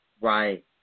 Right